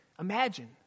Imagine